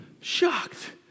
shocked